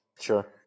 Sure